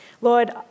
Lord